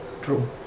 True